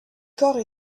corps